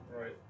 Right